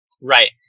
Right